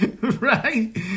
Right